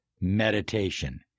meditation